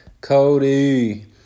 Cody